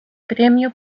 premio